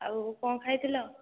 ଆଉ କ'ଣ ଖାଇଥିଲ